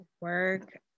work